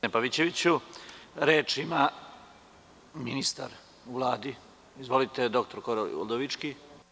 Reč ima ministar u Vladi dr Kori Udovički.